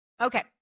Okay